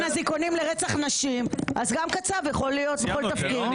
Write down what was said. ההתייחסות עוסקת בחלק של עובדי המדינה, ולא בנבחרי